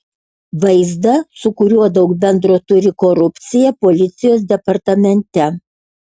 vaizdą su kuriuo daug bendro turi korupcija policijos departamente